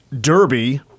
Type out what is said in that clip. Derby